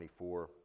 24